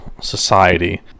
society